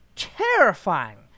terrifying